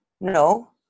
No